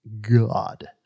God